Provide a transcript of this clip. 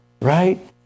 right